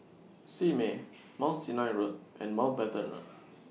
Simei Mount Sinai Road and Mountbatten Road